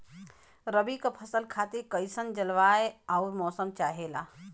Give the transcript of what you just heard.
रबी क फसल खातिर कइसन जलवाय अउर मौसम चाहेला?